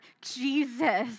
Jesus